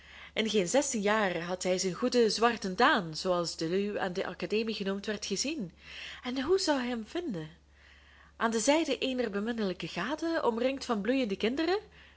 in geen zestien jaren had hij zijn goeden zwarten daan zooals deluw aan de academie genoemd werd gezien en hoe zou hij hem vinden aan de zijde eener beminnelijke gade omringd van bloeiende kinderen